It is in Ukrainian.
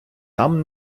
там